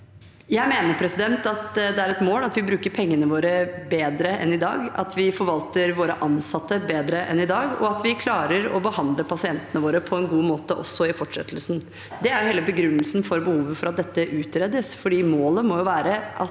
Jeg mener at det er et mål at vi bruker pengene våre bedre enn i dag, at vi forvalter våre ansatte bedre enn i dag, og at vi klarer å behandle pasientene våre på en god måte også i fortsettelsen. Det er hele begrunnelsen for behovet for at dette utredes, for målet må jo være at